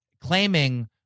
claiming